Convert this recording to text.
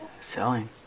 selling